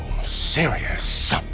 serious